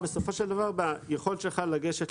אלא בסופו של דבר מדובר ביכולת שלך לגשת